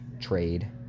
trade